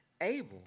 able